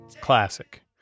Classic